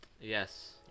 Yes